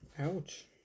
Ouch